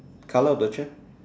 colour of the chair